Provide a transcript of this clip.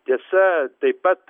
tiesa taip pat